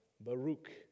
Baruch